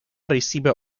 recibe